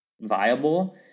viable